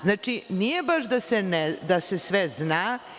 Znači, nije baš da se sve zna.